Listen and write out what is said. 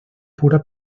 pura